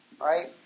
right